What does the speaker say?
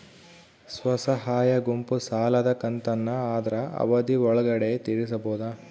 ಸ್ವಸಹಾಯ ಗುಂಪು ಸಾಲದ ಕಂತನ್ನ ಆದ್ರ ಅವಧಿ ಒಳ್ಗಡೆ ತೇರಿಸಬೋದ?